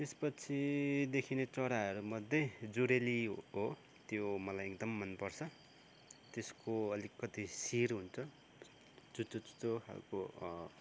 त्यसपछि देखिने चराहरूमध्ये जुरेली हो त्यो मलाई एकदम मनपर्छ त्यसको अलिकति शिर हुन्छ चुच्चोचुच्चो खाल्को